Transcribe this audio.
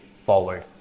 forward